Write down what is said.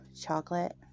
chocolate